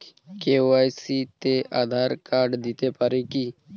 KYC তে Aadhaar card দিতে পারি কি?